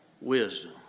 wisdom